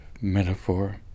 metaphor